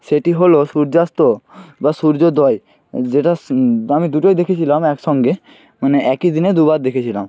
সেটি হল সূর্যাস্ত বা সূর্যোদয় যেটা আমি দুটোই দেখেছিলাম একসঙ্গে মানে একই দিনে দুবার দেখেছিলাম